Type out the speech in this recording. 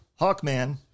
Hawkman